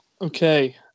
Okay